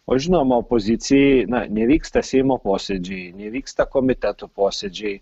o žinoma opozicijai na nevyksta seimo posėdžiai nevyksta komitetų posėdžiai